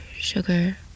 sugar